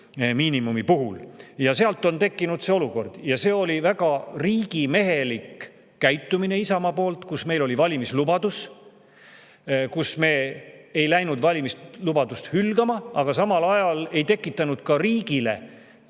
miinimumi puhul. Nii on tekkinud see olukord. See oli väga riigimehelik käitumine Isamaa poolt. Me [olime andnud] valimislubaduse ja me ei läinud valimislubadust hülgama, aga samal ajal ei tekitanud riigile